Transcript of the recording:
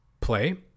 play